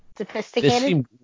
sophisticated